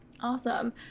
Awesome